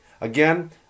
Again